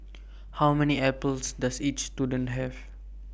how many apples does each student have